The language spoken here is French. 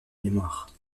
mémoire